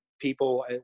people